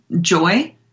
joy